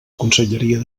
conselleria